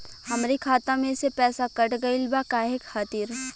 हमरे खाता में से पैसाकट गइल बा काहे खातिर?